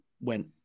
went